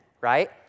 right